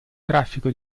traffico